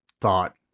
thought